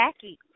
jackie